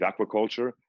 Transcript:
aquaculture